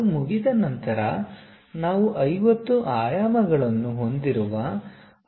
ಅದು ಮುಗಿದ ನಂತರ ನಾವು 50 ಆಯಾಮಗಳನ್ನು ಹೊಂದಿರುವ ಈ ಆಯತವನ್ನು ಪರಿವರ್ತಿಸಬಹುದು